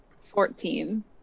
Fourteen